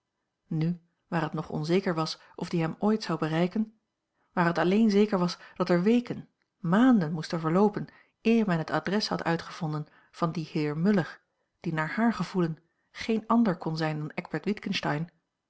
nu waar het nog onzeker was of die hem ooit zou bereiken waar het alleen zeker was dat er weken maanden moesten verloopen eer men het adres had uitgevonden van dien heer muller die naar haar gevoelen geen ander kon zijn dan